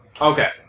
Okay